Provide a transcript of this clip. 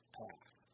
path